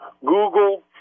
Google